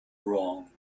wrong